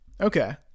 Okay